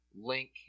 link